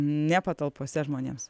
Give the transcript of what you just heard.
ne patalpose žmonėms